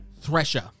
Thresher